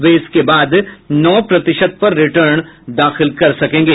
वे इसके बाद नौ प्रतिशत पर रिटर्न दाखिल कर सकेंगे